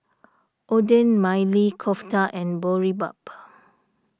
Oden Maili Kofta and Boribap